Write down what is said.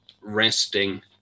resting